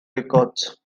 records